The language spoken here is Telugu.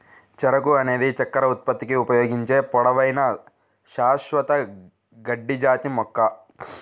చెరకు అనేది చక్కెర ఉత్పత్తికి ఉపయోగించే పొడవైన, శాశ్వత గడ్డి జాతి మొక్క